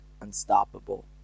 unstoppable